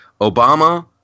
Obama